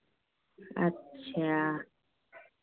अच्छा